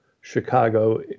Chicago